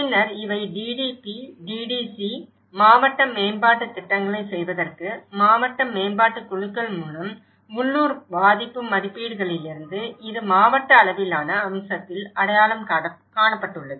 பின்னர் இவை DDP DDC மாவட்ட மேம்பாட்டுத் திட்டங்களைச் செய்வதற்கு மாவட்ட மேம்பாட்டுக் குழுக்கள் மூலம் உள்ளூர் பாதிப்பு மதிப்பீடுகளிலிருந்து இது மாவட்ட அளவிலான அம்சத்தில் அடையாளம் காணப்பட்டுள்ளது